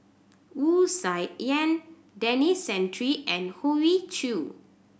Wu Tsai Yen Denis Santry and Hoey Choo